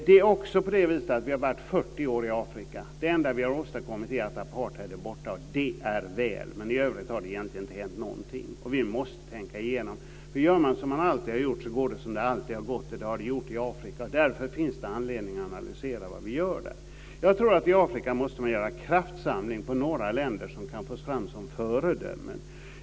Vi har också varit 40 år i Afrika. Det enda vi har åstadkommit är att apartheid är borta, och det är väl. I övrigt har det egentligen inte hänt någonting. Vi måste tänka igenom detta. Gör man som man alltid har gjort går det som det alltid har gått, och det har det gjort i Afrika. Därför finns det anledning att analysera vad vi gör där. Jag tror att man i Afrika måste göra en kraftsamling på några länder som kan framstå som föredömen.